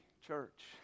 church